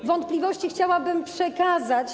Wątpliwości chciałabym przekazać.